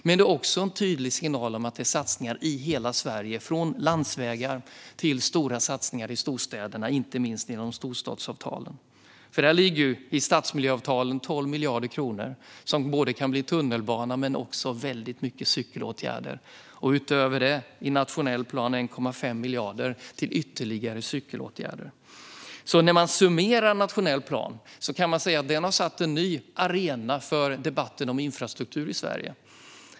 Men det är också en tydlig signal om att det handlar om satsningar i hela Sverige, från landsvägar till stora satsningar i storstäderna, inte minst genom storstadsavtalen. I stadsmiljöavtalen ligger 12 miljarder kronor, som både kan bli tunnelbana och väldigt omfattande cykelåtgärder. Utöver detta finns det i den nationella planen 1,5 miljarder till ytterligare cykelåtgärder. När man summerar den nationella planen kan man säga att den har skapat en ny arena för debatten om infrastruktur i Sverige.